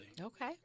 Okay